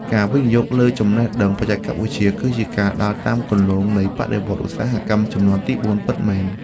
ការវិនិយោគលើចំណេះដឹងបច្ចេកវិទ្យា គឺជាការដើរតាមគន្លងនៃបដិវត្តឧស្សាហកម្មជំនាន់ទីបួនពិតមែន។